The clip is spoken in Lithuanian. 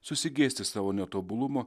susigėsti savo netobulumo